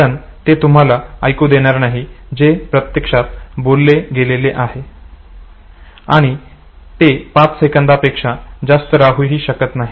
कारण ते तुम्हाला ऐकू देणार नाही जे प्रत्यक्षात बोलले गेलेले आहे आणि ते पाच सेकंदापेक्षा जास्त राहू हि शकत नाही